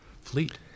fleet